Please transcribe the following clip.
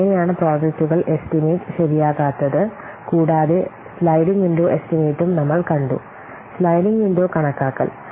എങ്ങനെയാണ് പ്രോജക്റ്റുകൾ എസ്റ്റിമേറ്റ് ശരിയാകാത്തത് കൂടാതെ സ്ലൈഡിംഗ് വിൻഡോ എസ്റ്റിമേറ്റും നമ്മൾ കണ്ടു സ്ലൈഡിംഗ് വിൻഡോ കണക്കാക്കൽ